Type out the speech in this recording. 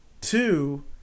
two